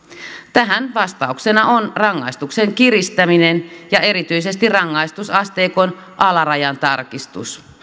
tähän vastauksena on rangaistusten kiristäminen ja erityisesti rangaistusasteikon alarajan tarkistus